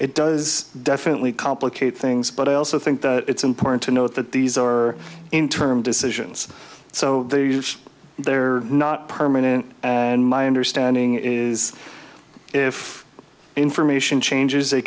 it does definitely complicate things but i also think it's important to note that these are in term decisions so they're not permanent and my understanding is if information changes they